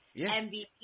MVP